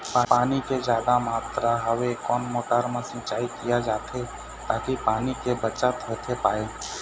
पानी के जादा मात्रा हवे कोन मोटर मा सिचाई किया जाथे ताकि पानी के बचत होथे पाए?